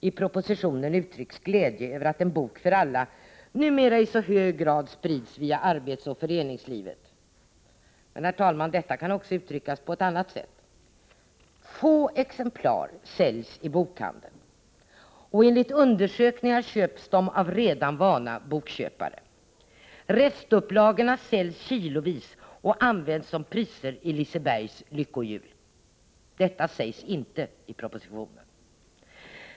I propositionen uttrycks glädje över att En bok för alla numera i så hög grad sprids i arbetsoch föreningslivet. Men, herr talman, detta kan också uttryckas på ett annat sätt. Få exemplar säljs i bokhandeln, och enligt undersökningar köps de av redan vana bokköpare. Restupplagorna säljs kilovis och används som priser i Lisebergs lyckohjul. Det sägs inte i propositionen.